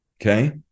Okay